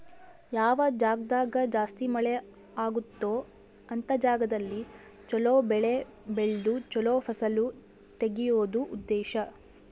ಯಾವ ಜಾಗ್ದಾಗ ಜಾಸ್ತಿ ಮಳೆ ಅಗುತ್ತೊ ಅಂತ ಜಾಗದಲ್ಲಿ ಚೊಲೊ ಬೆಳೆ ಬೆಳ್ದು ಚೊಲೊ ಫಸಲು ತೆಗಿಯೋದು ಉದ್ದೇಶ